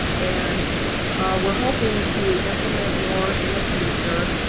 and we're hoping to implement more in the future.